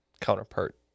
counterpart